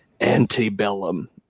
Antebellum